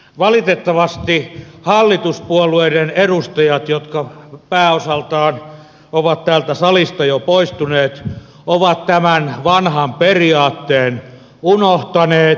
valitettavasti hallituspuolueiden edustajat jotka pääosaltaan ovat täältä salista jo poistuneet ovat tämän vanhan periaatteen unohtaneet